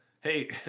hey